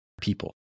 people